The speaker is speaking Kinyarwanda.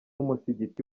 umusigiti